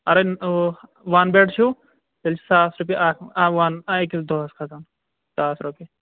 اَگرے one bed چھُو تیٚلہِ چھُ ساس رۄپیہِ اکھ وَن أکِس دۄہَس کھسان ساس رۄپیہِ